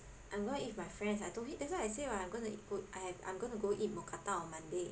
I'm gonna eat with my friends I told you that's why I say [what] I'm gonna go eat I have I'm gonna eat mookata on Monday